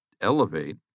elevate